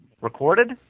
Recorded